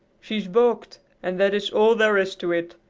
she's balked and that is all there is to it.